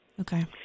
Okay